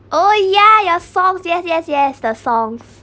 oh ya your song yes yes yes the songs